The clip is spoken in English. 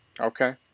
Okay